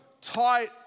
tight